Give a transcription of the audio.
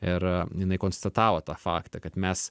ir jinai konstatavo tą faktą kad mes